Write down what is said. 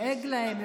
דואג להם,